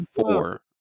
four